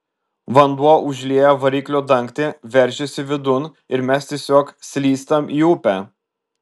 vanduo užlieja variklio dangtį veržiasi vidun ir mes tiesiog slystam į upę